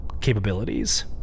capabilities